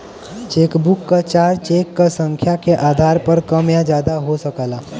chequebook क charge cheque क संख्या के आधार पर कम या ज्यादा हो सकला